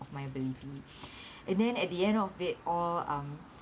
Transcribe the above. of my ability and then at the end of it all um